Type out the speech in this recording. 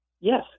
Yes